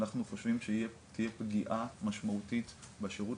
אנחנו חושבים שתהיה פגיעה משמעותית בשירות